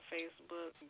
Facebook